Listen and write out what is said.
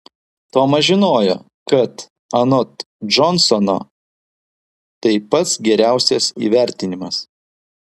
tomas žinojo kad anot džonsono tai pats geriausias įvertinimas